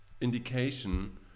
indication